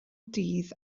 dydd